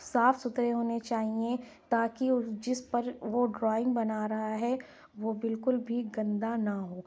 صاف ستھرے ہونے چاہیے تاکہ جس پر وہ ڈرائنگ بنا رہا ہے وہ بالکل بھی گندا نہ ہو